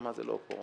ומה זה לא פורנו.